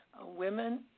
women